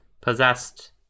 possessed